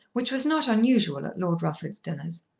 which was not unusual at lord rufford's dinners.